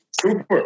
Super